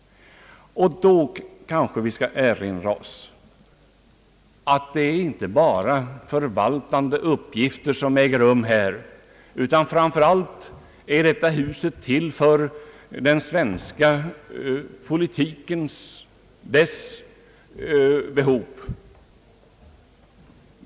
Då kanske vi skall erinra oss, att det här inte bara förekommer förvaltande uppgifter utan att detta hus framför allt är till för den svenska politikens behov.